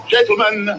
Gentlemen